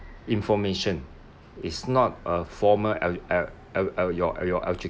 information it's not a formal e~ e~ e~ e~ your your